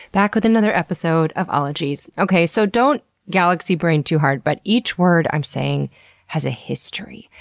back with another episode of ologies. okay, so don't galaxy brain too hard but each word i'm saying has a history,